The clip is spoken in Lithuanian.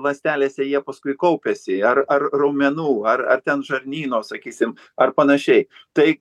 ląstelėse jie paskui kaupiasi ar ar raumenų ar ar ten žarnyno sakysim ar panašiai tai